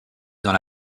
dans